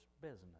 business